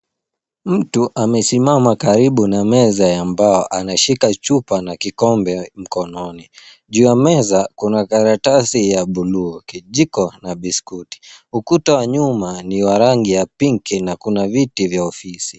Mtu amesimama karibu na meza ya mbao anashika chupa na kikombe mkononi. Juu ya meza kuna karatasi ya bluu, kijiko na biskuti. Ukuta wa nyuma ni wa rangi ya pink na kuna viti vya ofisi.